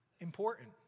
important